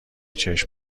چشم